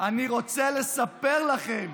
אני רוצה לספר לכם